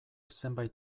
zenbait